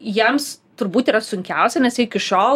jiems turbūt yra sunkiausia nes iki šiol